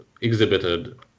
exhibited